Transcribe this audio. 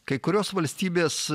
kai kurios valstybės